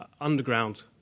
underground